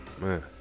man